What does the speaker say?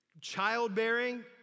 childbearing